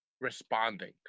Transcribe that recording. responding